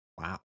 wow